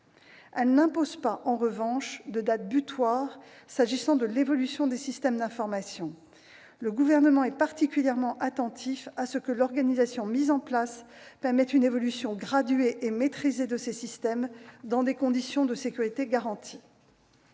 Elle n'impose pas de date butoir s'agissant de l'évolution des systèmes d'information. Le Gouvernement est particulièrement attentif à ce que l'organisation mise en place permette une évolution graduée et maîtrisée de ces systèmes, dans des conditions de sécurité garanties.